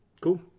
Cool